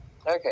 Okay